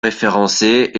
référencés